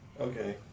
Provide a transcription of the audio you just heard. Okay